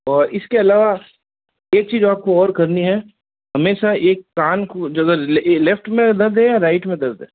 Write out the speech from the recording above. और इसके अलावा एक चीज़ आप को और करनी है हमेशा एक कान को ज़्यादा लेफ्ट में दर्द है या राइट में दर्द है